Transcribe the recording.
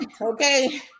Okay